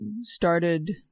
started